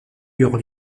eurent